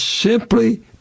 simply